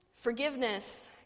Forgiveness